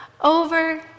Over